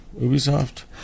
Ubisoft